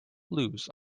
lose